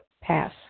Pass